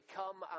come